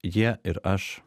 jie ir aš